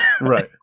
Right